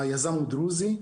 היזם הוא דרוזי,